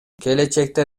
келечекте